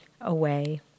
away